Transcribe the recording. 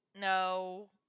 No